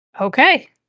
Okay